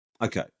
Okay